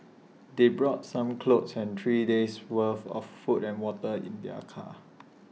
they brought some clothes and three days' worth of food and water in their car